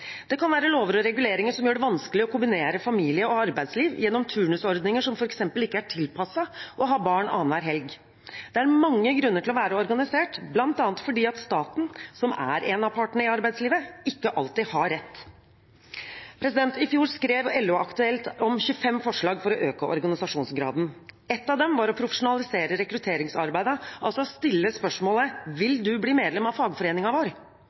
Det kan være lover og reguleringer som gjør det vanskelig å kombinere familie og arbeidsliv gjennom turnusordninger som f.eks. ikke er tilpasset å ha barna annen hver helg. Det er mange grunner til å være organisert, bl.a. fordi staten, som er en av partene i arbeidslivet, ikke alltid har rett. I fjor skrev LO-Aktuelt om 25 forslag for å øke organisasjonsgraden. Ett av dem var å profesjonalisere rekrutteringsarbeidet, altså å stille spørsmålet: «Vil du bli medlem av fagforeningen vår?» Når fagforeningene ikke engang spør om folk vil bli medlem,